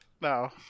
No